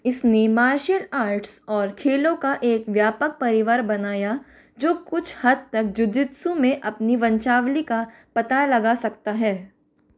इसने martial arts और खेलों का एक व्यापक परिवार बनाया जो कुछ हद तक जुजित्सु में अपनी वंचावली का पता लगा सकता है